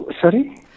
Sorry